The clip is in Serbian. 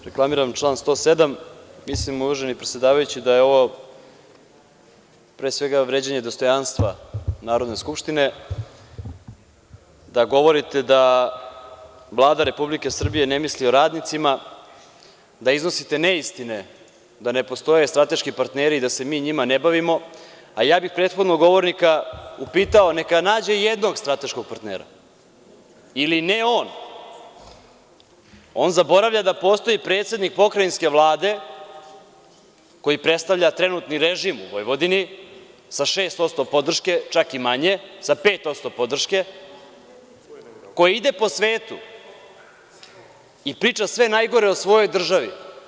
Reklamiram član 107. i mislim da je ovo, pre svega, vređanje dostojanstva Narodne skupštine, da govorite da Vlada Republike Srbije ne misli o radnicima, da iznosite neistine, da ne postoje strateški partneri i da se mi njima ne bavimo, a ja bih prethodnog govornika upitao, neka nađe jednog strateškog partnera ili ne on, on zaboravlja da postoji predsednik pokrajinske Vlade koji predstavlja trenutni režim u Vojvodini sa 6% podrške, čak i manje, sa 5% podrške, koji ide po svetu i priča sve najgore o svojoj državi.